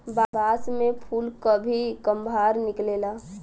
बांस में फुल कभी कभार निकलेला